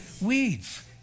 Weeds